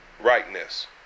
rightness